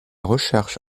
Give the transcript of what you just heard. recherche